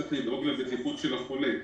צריך לדאוג לבטיחות של החולה,